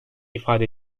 ifade